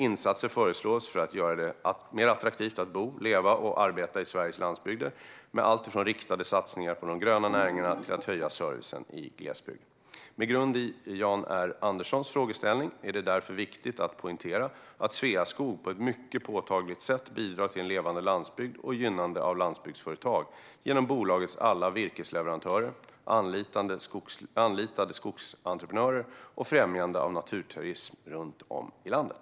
Insatser föreslås för att göra det mer attraktivt att bo, leva och arbeta i Sveriges landsbygder med alltifrån riktade satsningar på de gröna näringarna till att höja servicen i glesbygd. Med grund i Jan R Anderssons frågeställning är det därför viktigt att poängtera att Sveaskog på ett mycket påtagligt sätt bidrar till en levande landsbygd och gynnande av landsbygdsföretag genom bolagets alla virkesleverantörer, anlitade skogsentreprenörer och främjande av naturturism runt om i landet.